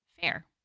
Fair